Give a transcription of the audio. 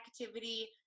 activity